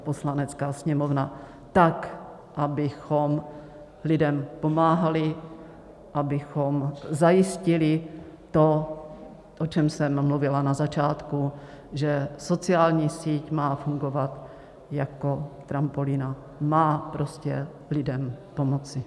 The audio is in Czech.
Poslanecká sněmovna tak, abychom lidem pomáhali, abychom zajistili to, o čem jsem mluvila na začátku, že sociální síť má fungovat jako trampolína, má prostě lidem pomoci.